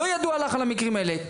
לא ידוע לה על המקרים האלה,